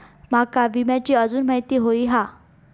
माका विम्याची आजून माहिती व्हयी हा?